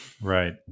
Right